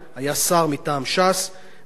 והוא במשך שש שנים וחצי,